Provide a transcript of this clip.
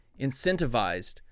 incentivized